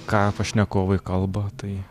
ką pašnekovai kalba tai